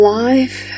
life